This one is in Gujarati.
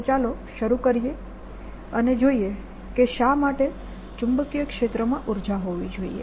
તો ચાલો શરૂ કરીએ અને જોઈએ કે શા માટે ચુંબકીય ક્ષેત્રમાં ઉર્જા હોવી જોઈએ